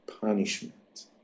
punishment